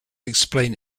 explain